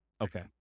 Okay